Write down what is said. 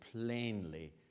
plainly